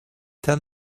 tell